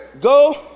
Go